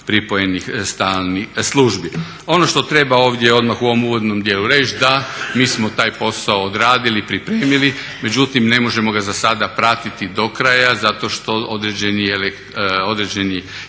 pripojenih službi. Ono što treba ovdje odmah u ovom uvodnom dijelu reći da mi smo taj posao odradili, pripremili, međutim ne možemo ga za sada pratiti do kraja zato što određeni informatički